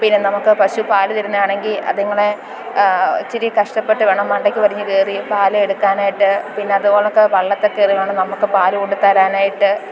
പിന്നെ നമുക്ക് പശു പാൽ തരുന്നത് ആണെങ്കി അത്ങ്ങളെ ഇച്ചിരി കഷ്ടപ്പെട്ട് വേണം മണ്ടയ്ക്ക് വലിഞ്ഞ് കയറി പാൽ എടുക്കാനായിട്ട് പിന്നെ അതുപോണക്ക് വള്ളത്തിൽക്കയറി വേണം നമുക്ക് പാൽ കൊണ്ട് തരാനായിട്ട്